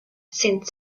sind